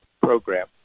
Program